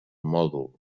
mòdul